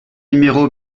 numéro